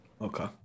Okay